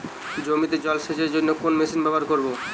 জমিতে জল সেচের জন্য কোন মেশিন ব্যবহার করব?